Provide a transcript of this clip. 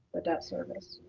the debt service.